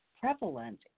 prevalent